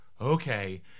Okay